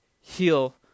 heal